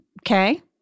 Okay